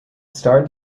starred